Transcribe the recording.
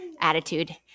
attitude